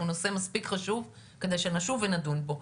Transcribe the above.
הנושא הוא נושא מספיק חשוב כדי שנשוב ונדון פה.